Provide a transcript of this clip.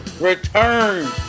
return